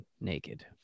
naked